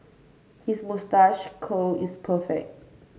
his moustache curl is perfect